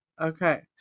okay